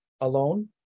alone